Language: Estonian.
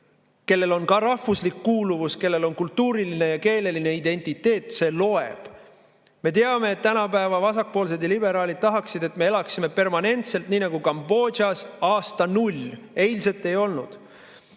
kellel on ka rahvuslik kuuluvus, kellel on kultuuriline ja keeleline identiteet, see loeb. Me teame, et tänapäeva vasakpoolsed liberaalid tahaksid, et me elaksime permanentselt nagu Kambodžas: aasta null, eilset ei ole,